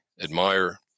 admire